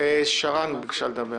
שרן, בבקשה.